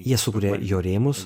jie sukuria jo rėmus